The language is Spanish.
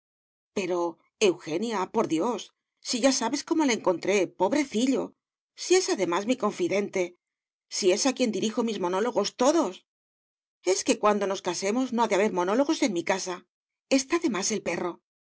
pero eugenia por dios si ya sabes cómo le encontré pobrecillo si es además mi confidente si es a quien dirijo mis monólogos todos es que cuando nos casemos no ha de haber monólogos en mi casa está de más el perro